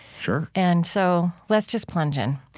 sure and so let's just plunge in.